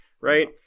right